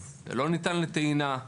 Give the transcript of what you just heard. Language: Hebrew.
הם לא ניתנים לטעינה,